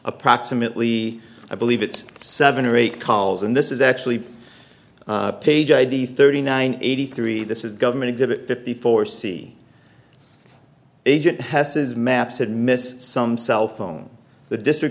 approximately i believe it's seven or eight calls and this is actually page id thirty nine eighty three this is government exhibit fifty four see agent hesse's map said miss some cell phone the district